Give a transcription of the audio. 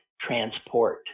transport